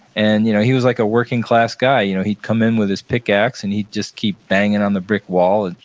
and you know he was like a working-class guy. you know he'd come in with his pickax and he'd just keep banging on the brick wall, and